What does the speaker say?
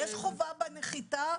יש חובה בנחיתה.